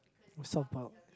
what's all about